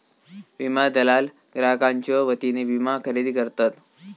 विमा दलाल ग्राहकांच्यो वतीने विमा खरेदी करतत